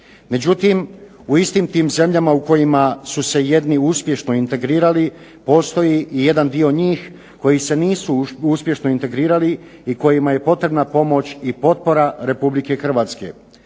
Međutim, u istim tim zemljama u kojima su se jedni uspješno integrirali, postoji i jedan dio njih koji se nisu uspješno integrirali i kojima je potrebna pomoć i potpora RH. Člankom 10. Hrvatskog